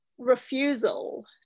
refusal